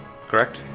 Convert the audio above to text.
correct